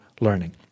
learning